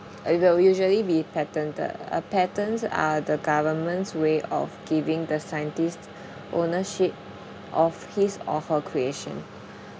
it will usually be patented uh patents are the government's way of giving the scientist ownership of his or her creation